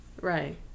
Right